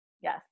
Yes